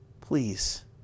please